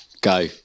go